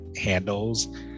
handles